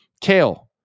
Kale